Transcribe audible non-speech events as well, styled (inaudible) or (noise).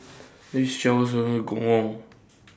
(noise) This Shop sells Gong Gong